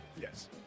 Yes